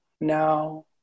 now